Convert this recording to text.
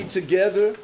together